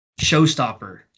showstopper